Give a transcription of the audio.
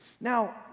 Now